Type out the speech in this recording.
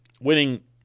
winning